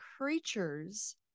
creatures